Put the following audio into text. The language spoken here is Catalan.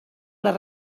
les